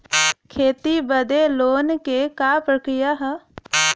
खेती बदे लोन के का प्रक्रिया ह?